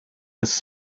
his